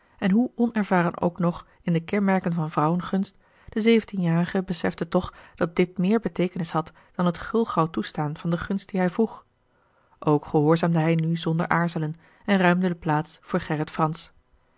en hoe onervaren ook nog in de kenmerken van vrouwengunst de zeventienjarige besefte toch dat dit meer beteekenis had dan het gulgauw toestaan van de gunst die hij vroeg ook gehoorzaamde hij nu zonder aarzelen en ruimde de plaats voor gerrit fransz